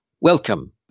Welcome